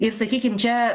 ir sakykim čia